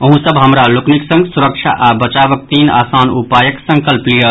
अहूँ सब हमरा लोकनिक संग सुरक्षा आ बचावक तीन आसान उपायक संकल्प लियऽ